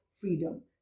Freedom